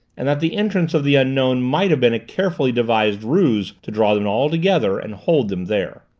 and that the entrance of the unknown might have been a carefully devised ruse to draw them all together and hold them there.